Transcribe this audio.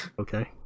Okay